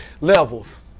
levels